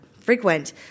frequent